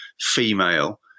female